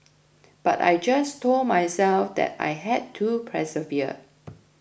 but I just told myself that I had to persevere